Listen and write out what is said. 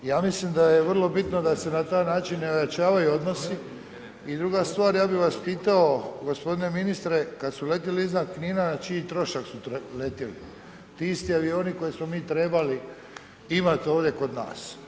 Ja mislim da je vrlo bitno da se na taj način i ojačavaju odnosi i druga stvar, ja bih vas pitao g. ministre, kad su letjeli iznad Knina, na čiji trošak su letjeli, ti isti avioni koje smo mi trebali imati ovdje kod nas?